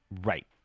Right